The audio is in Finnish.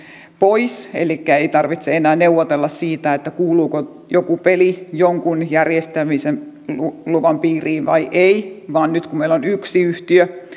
pois elikkä ei tarvitse enää neuvotella siitä kuuluuko joku peli jonkun järjestämisluvan piiriin vai ei vaan nyt kun meillä on yksi yhtiö